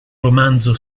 romanzo